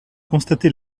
constater